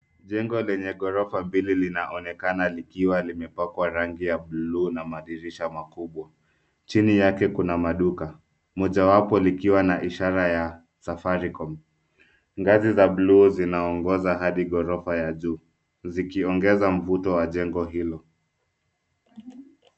Jengo lenye gorofa mbili linaonekana likiwa limepakwa rangi ya blue na madirisha makubwa, chini yake kuna maduka mojawapo likiwa na ishara ya[ safaricom] ,ngazi za bluu zinaongoza hadi gorofa ya juu zikiongeza mvuto wa jengo hilo.